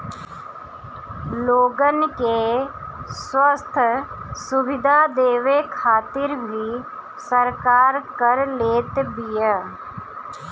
लोगन के स्वस्थ्य सुविधा देवे खातिर भी सरकार कर लेत बिया